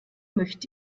möchte